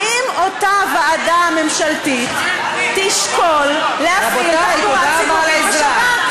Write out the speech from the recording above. האם אותה ועדה ממשלתית תשקול להפעיל תחבורה ציבורית בשבת?